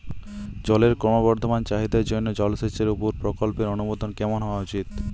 জলের ক্রমবর্ধমান চাহিদার জন্য জলসেচের উপর প্রকল্পের অনুমোদন কেমন হওয়া উচিৎ?